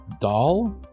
Doll